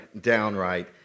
downright